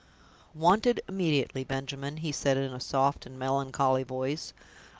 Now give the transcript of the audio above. wanted immediately, benjamin, he said in a soft and melancholy voice.